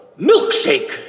milkshake